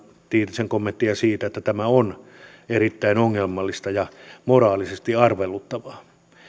tiitisen kommenttia siitä että tämä on erittäin ongelmallista ja moraalisesti arveluttavaa